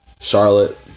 Charlotte